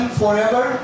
forever